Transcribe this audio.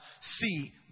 see